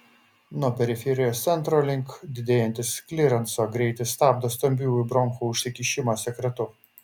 nuo periferijos centro link didėjantis klirenso greitis stabdo stambiųjų bronchų užsikišimą sekretu